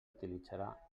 utilitzarà